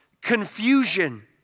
confusion